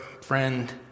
friend